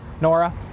Nora